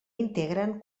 integren